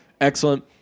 excellent